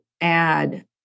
add